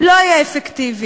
לא יהיה אפקטיבי.